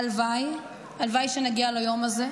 הלוואי שנגיע ליום הזה.